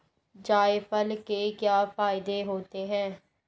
जायफल के क्या फायदे होते हैं?